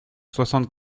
soixante